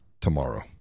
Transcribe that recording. tomorrow